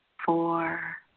four,